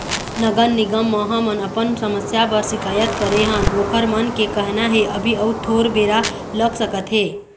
नगर निगम म हमन अपन समस्या बर सिकायत करे हन ओखर मन के कहना हे अभी अउ थोर बेरा लग सकत हे